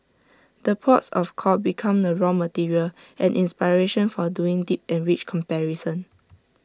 the ports of call become the raw material and inspiration for doing deep and rich comparison